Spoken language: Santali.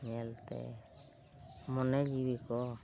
ᱧᱮᱞᱛᱮ ᱢᱚᱱᱮ ᱡᱤᱣᱤ ᱠᱚ